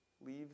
leave